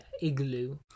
igloo